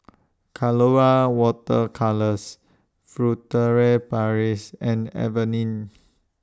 Colora Water Colours Furtere Paris and Avene